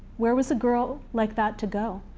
where was a girl like that to go?